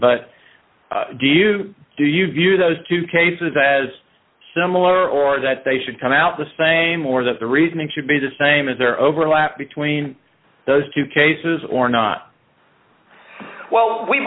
but do you do you view those two cases as similar or that they should come out the same or that the reasoning should be the same as there overlap between those two cases or not well we